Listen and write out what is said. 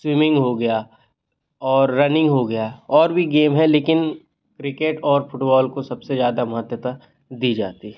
swimming हो गया और रनिंग हो गया और भी गेम हैं लेकिन क्रिकेट और फुटबॉल को सबसे ज़्यादा महत्वता दी जाती है